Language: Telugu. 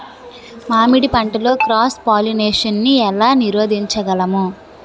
మామిడి పంటలో క్రాస్ పోలినేషన్ నీ ఏల నీరోధించగలము?